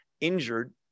injured